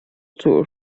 tour